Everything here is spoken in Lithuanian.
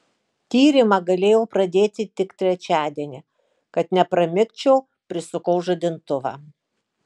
tyrimą galėjau pradėti tik trečiadienį kad nepramigčiau prisukau žadintuvą